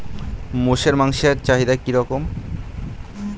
মোষের মাংসের চাহিদা কি রকম?